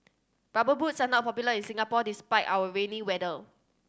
Rubber Boots are not popular in Singapore despite our rainy weather